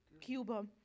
Cuba